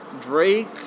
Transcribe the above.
Drake